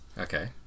Okay